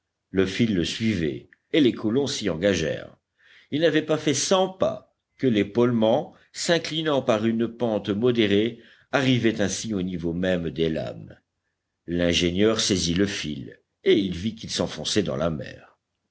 le fil le suivait et les colons s'y engagèrent ils n'avaient pas fait cent pas que l'épaulement s'inclinant par une pente modérée arrivait ainsi au niveau même des lames l'ingénieur saisit le fil et il vit qu'il s'enfonçait dans la mer